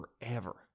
forever